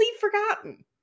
forgotten